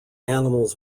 animals